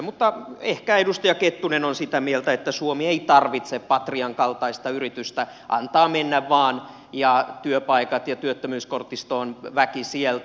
mutta ehkä edustaja kettunen on sitä mieltä että suomi ei tarvitse patrian kaltaista yritystä antaa mennä vaan työpaikat ja työttömyyskortistoon väki sieltä